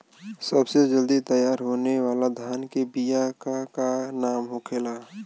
सबसे जल्दी तैयार होने वाला धान के बिया का का नाम होखेला?